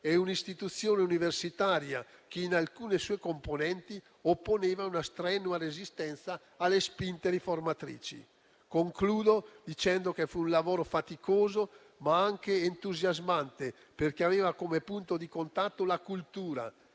e un'istituzione universitaria che in alcune sue componenti opponeva una strenua resistenza alle spinte riformatrici. Concludo dicendo che fu un lavoro faticoso, ma anche entusiasmante, perché aveva come punto di contatto la cultura,